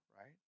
right